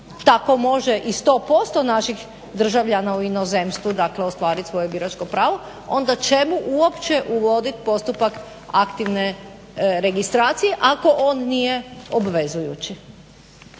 ako može i 100% naših državljana u inozemstvu ostvariti svoje biračko pravo onda čemu uopće uvoditi postupak aktivne registracije ako on nije obvezujući.